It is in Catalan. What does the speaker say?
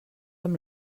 amb